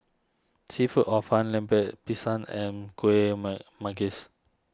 Seafood Hor Fun Lemper Pisang and Kueh man Manggis